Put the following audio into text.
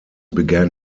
began